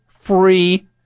free